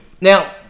Now